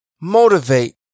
motivate